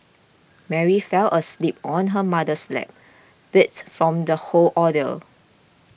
Mary fell asleep on her mother's lap beats from the whole ordeal